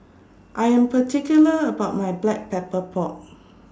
I Am particular about My Black Pepper Pork